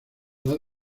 lado